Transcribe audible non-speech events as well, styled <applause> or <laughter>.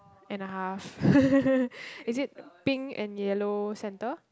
and a half <laughs> is it pink and yellow centre